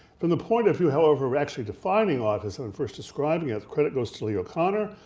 from the point of who, however. were actually defining autism, first describing it, the credit goes to leo kanner,